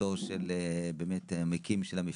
אשתו של באמת המקים של המפעל,